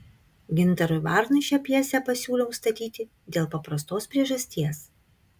gintarui varnui šią pjesę pasiūliau statyti dėl paprastos priežasties